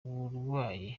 uburwayi